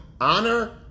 honor